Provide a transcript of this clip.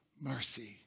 mercy